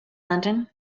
london